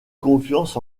confiance